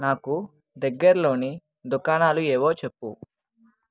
నాకు దగ్గర్లోని దుకాణాలు ఏవో చెప్పు